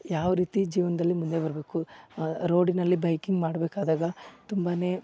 ಯಾವ ರೀತಿ ಜೀವನದಲ್ಲಿ ಮುಂದೆ ಬರಬೇಕು ರೋಡಿನಲ್ಲಿ ಬೈಕಿಂಗ್ ಮಾಡಬೇಕಾದಾಗ ತುಂಬಾನೇ